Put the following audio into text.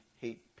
hate